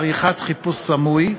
עריכת חיפוש סמוי,